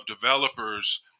developers